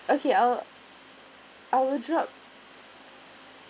okay I'll I'll drop